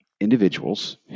individuals